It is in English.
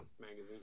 Magazine